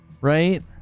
Right